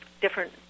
different